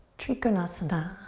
trikonasana.